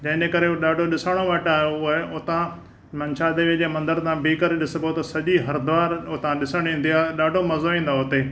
जंहिंजे करे उहो ॾाढो ॾिसणु वटि आयो उहो उतां मंसा देवी जे मंदरु तां बीह करे ॾिसबो त सॼी हरिद्वार उतां ॾिसणु ईंदी आहे ॾाढो मज़ो ईंदो आहे उते